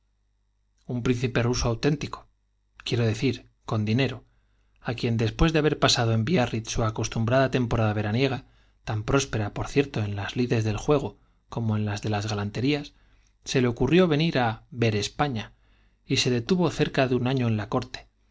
un príncipe ruso auténtico quiero decir con dinero á quien después de haber pasado en biarr itz su acos tumbrada temporada veraniega tan próspera por cierto en las lides del juego como en las de la galan le ocurrió venir á ver españa y se detuvo tería se cerca de un año en la corte